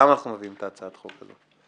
למה אנחנו מביאים את הצעת החוק הזאת?